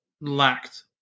lacked